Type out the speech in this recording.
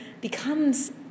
becomes